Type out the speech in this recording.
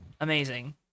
amazing